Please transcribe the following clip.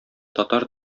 татар